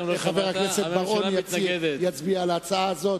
שחבר הכנסת בר-און יצביע על ההצעה הזאת.